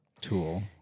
tool